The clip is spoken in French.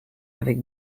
avec